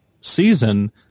season